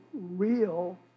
real